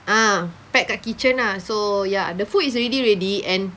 ah pack kat kitchen ah so ya the food is already ready and